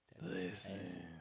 listen